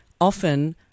often